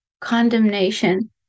condemnation